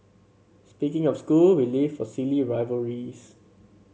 speaking of school we live for silly rivalries